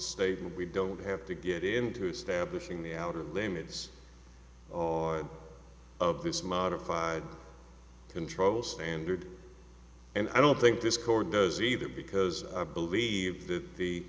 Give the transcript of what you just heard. statement we don't have to get into establishing the outer limits or of this modified control standard and i don't think this court does either because i believe that the